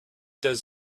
does